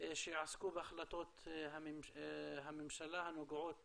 שיעסקו בהחלטות הממשלה הנוגעות